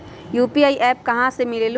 UPI app कहा से मिलेलु?